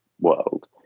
world